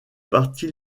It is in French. parti